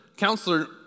Counselor